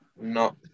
No